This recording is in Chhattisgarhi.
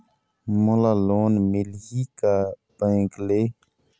मोला लोन मिलही का बैंक ले?